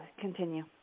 continue